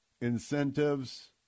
incentives